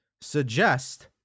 suggest